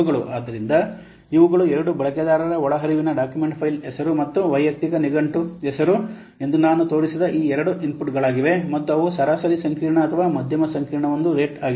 ಆದ್ದರಿಂದ ಇವುಗಳು 2 ಬಳಕೆದಾರರ ಒಳಹರಿವಿನ ಡಾಕ್ಯುಮೆಂಟ್ ಫೈಲ್ ಹೆಸರು ಮತ್ತು ವೈಯಕ್ತಿಕ ನಿಘಂಟು ಹೆಸರು ಎಂದು ನಾನು ತೋರಿಸಿದ ಎರಡು ಇನ್ಪುಟ್ಗಳಾಗಿವೆ ಮತ್ತು ಅವು ಸರಾಸರಿ ಸಂಕೀರ್ಣ ಅಥವಾ ಮಧ್ಯಮ ಸಂಕೀರ್ಣವೆಂದು ರೇಟ್ ಆಗಿರಬಹುದು